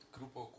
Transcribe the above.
Grupo